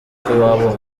iwabo